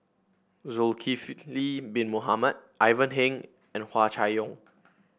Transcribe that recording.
Zulkifli Bin Mohamed Ivan Heng and Hua Chai Yong